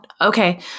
okay